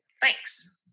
thanks